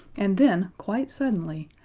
and then, quite suddenly,